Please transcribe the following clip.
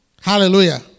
Hallelujah